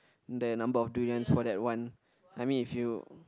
the number of durians for the one I mean if you